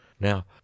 Now